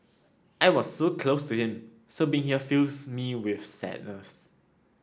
I was so close to him so being here fills me with sadness